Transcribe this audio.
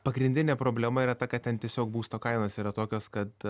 pagrindinė problema yra ta kad ten tiesiog būsto kainos yra tokios kad